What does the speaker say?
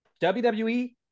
WWE